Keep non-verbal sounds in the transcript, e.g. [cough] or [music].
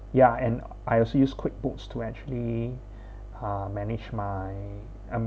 ya and I also use QuickBooks to actually [breath] uh manage my